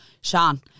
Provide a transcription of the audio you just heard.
Sean